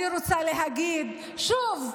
אני רוצה להגיד שוב,